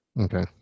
Okay